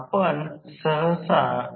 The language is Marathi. तर आणि रोहीत्र उदाहरणार्थ ते 2